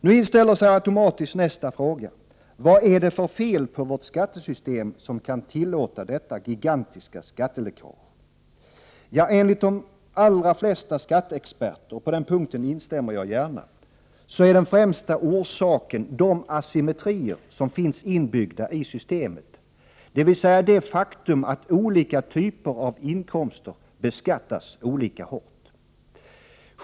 Nu inställer sig automatiskt nästa fråga: Vad är det för fel på vårt skattesystem som kan tillåta detta gigantiska skatteläckage? Ja, enligt de allra flesta skatteexperter — och på den punkten instämmer jag gärna — så är den främsta orsaken de asymmetrier som finns inbyggda i systemet, dvs. det faktum att olika typer av inkomster beskattas olika hårt.